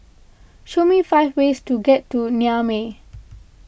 show me five ways to get to Niamey